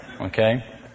Okay